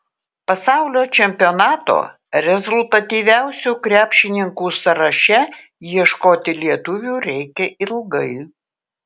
pasaulio čempionato rezultatyviausių krepšininkų sąraše ieškoti lietuvių reikia ilgai